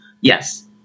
Yes